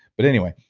but anyway,